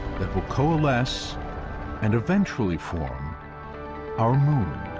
that will coalesce and eventually form our moon.